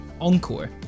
Encore